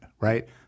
right